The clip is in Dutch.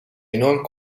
enorm